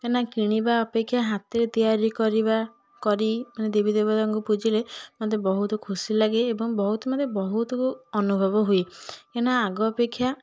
କାଇଁନା କିଣିବା ଅପେକ୍ଷା ହାତରେ ତିଆରି କରିବା କରି ମାନେ ଦେବୀ ଦେବତାଙ୍କୁ ପୂଜିଲେ ମୋତେ ବହୁତ ଖୁସିଲାଗେ ଏବଂ ବହୁତ ମୋତେ ବହୁତ ଅନୁଭବ ହୁଏ କାଇଁନା ଆଗ ଅପେକ୍ଷା